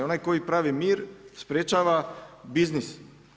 Onaj koji pravi mir sprječava biznis.